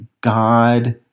God